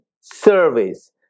service